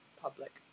public